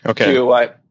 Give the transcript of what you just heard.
Okay